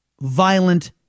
violent